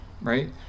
right